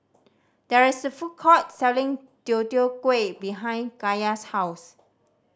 there is a food court selling Deodeok Gui behind Kaya's house